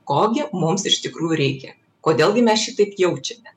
ko gi mums iš tikrųjų reikia kodėl gi mes šitaip jaučiatėmės